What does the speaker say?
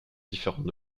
différente